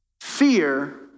fear